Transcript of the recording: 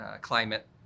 climate